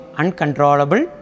uncontrollable